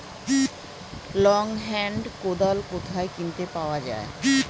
Long hand কোদাল কোথায় কিনতে পাওয়া যায়?